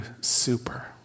super